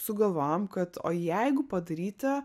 sugalvojom kad o jeigu padaryti